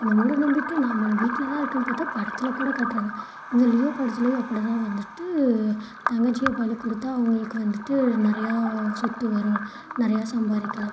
இந்த மூடநம்பிக்கை நாம் நம்ம வீட்டில் தான் இருக்குதுன்னு பார்த்தா படத்தில் கூட காட்டுறாங்க இந்த லியோ படத்துலேயும் அப்படி தான் வந்துவிட்டு தங்கச்சியை பலி கொடுத்தா அவங்களுக்கு வந்துவிட்டு நிறையா சொத்து வரும் நிறையா சம்பாதிக்கலாம்